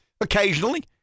Occasionally